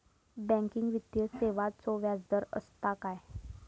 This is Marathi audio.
बँकिंग वित्तीय सेवाचो व्याजदर असता काय?